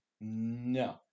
No